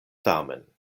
tamen